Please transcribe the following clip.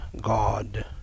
God